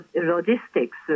logistics